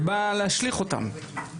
ובאה להשליך אותם.